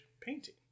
painting